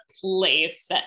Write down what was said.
place